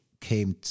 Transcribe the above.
came